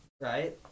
Right